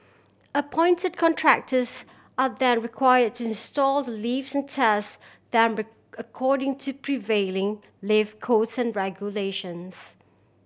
appointed contractors are then require to install the lifts and test them according to prevailing lift codes and regulations